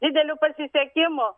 didelio pasisekimo